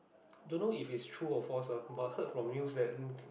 don't know if is true or false lah but heard from news than